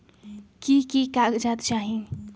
की की कागज़ात चाही?